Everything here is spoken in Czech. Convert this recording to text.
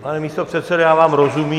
Pane místopředsedo, já vám rozumím.